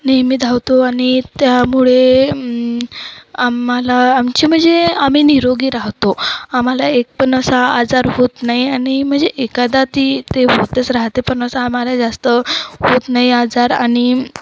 नेहमी धावतो आणि त्यामुळे आम्हाला आमची म्हणजे आम्ही निरोगी राहतो आम्हाला एक पण असा आजार होत नाही आणि म्हणजे एखादा ती ते होतच राहते पण असं आम्हाला जास्त होत नाही आजार आणि